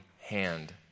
hand